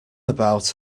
about